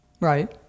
Right